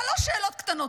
שלוש שאלות קטנות.